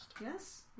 Yes